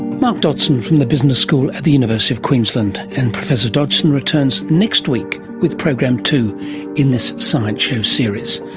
mark dodgson from the business school at the university of queensland, and professor dodgson returns next week with program two in this science show series.